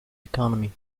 economy